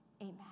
Amen